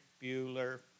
Bueller